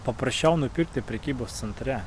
paprasčiau nupirkti prekybos centre